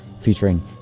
featuring